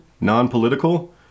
non-political